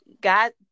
God